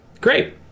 great